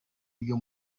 ryo